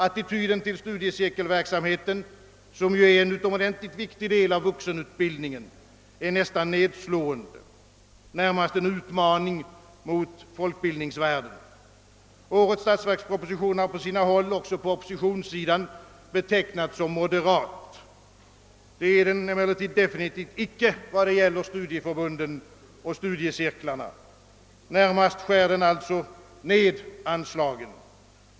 Attityden till studiecirkelverksamheten, som ju är en utomordentligt viktig del av vuxenutbildningen, är nästan nedslående, närmast en utmaning mot folkbildningsvärlden. Årets statsverksproposition har på sina håll också inom oppositionen betecknats som moderat. Det är den emellertid definitivt icke, när det gäller studieförbunden och studiecirklarna. Närmast skär den här alltså ned anslagen.